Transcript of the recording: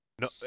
No